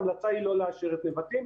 ההמלצה היא לא לאשר את נבטים,